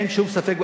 אין שום ספק,